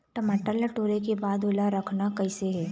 टमाटर ला टोरे के बाद ओला रखना कइसे हे?